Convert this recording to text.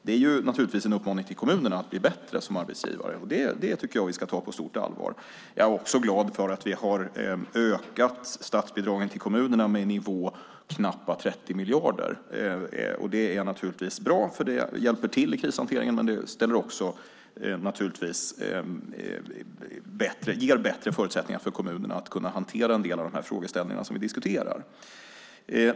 Detta är naturligtvis en uppmaning till kommunerna att bli bättre arbetsgivare, och det tycker jag att vi ska ta på stort allvar. Jag är också glad för att vi har ökat statsbidragen till kommunerna med knappt 30 miljarder. Det är bra, för det hjälper till i krishanteringen. Men det ger naturligtvis också bättre förutsättningar för kommunerna att kunna hantera en del av de frågeställningar vi diskuterar.